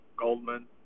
Goldman